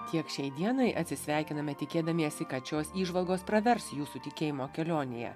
tiek šiai dienai atsisveikiname tikėdamiesi kad šios įžvalgos pravers jūsų tikėjimo kelionėje